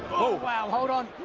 wow, hold on.